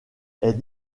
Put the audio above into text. est